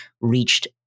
reached